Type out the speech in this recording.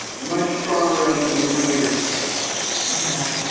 much stronger and even earlier pushback yeah,